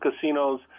casinos